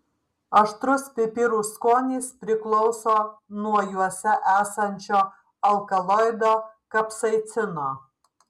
aštrus pipirų skonis priklauso nuo juose esančio alkaloido kapsaicino